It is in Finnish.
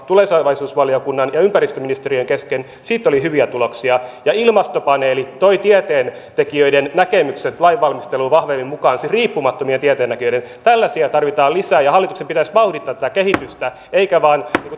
tulevaisuusvaliokunnan ja ympäristöministeriön kesken siitä oli hyvä tuloksia ja ilmastopaneeli toi tieteentekijöiden näkemykset lainvalmisteluun vahvemmin mukaan siis riippumattomien tieteentekijöiden tällaisia tarvitaan lisää ja hallituksen pitäisi vauhdittaa tätä kehitystä eikä vain